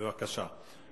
בבקשה.